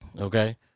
Okay